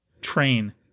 train